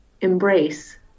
embrace